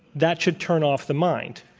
that should turn off the mind.